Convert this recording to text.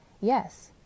Yes